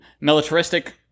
militaristic